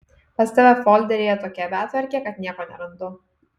pas tave folderyje tokia betvarkė kad nieko nerandu